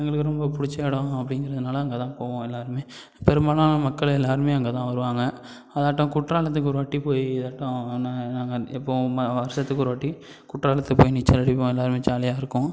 எங்களுக்கு ரொம்ப பிடிச்ச எடம் அப்படிங்கிறதுனால அங்கே தான் போவோம் எல்லாருமே பெரும்பாலான மக்களை எல்லாருமே அங்கே தான் வருவாங்கள் அதாட்டம் குற்றாலத்துக்கு ஒரு வாட்டி போய் இதாட்டம் நாங்கள் நாங்கள் எப்போவுமே வருஷத்துக்கு ஒரு வாட்டி குற்றாலத்துக்கு போய் நீச்சல் அடிப்போம் எல்லாருமே ஜாலியாக இருக்கும்